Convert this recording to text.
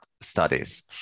studies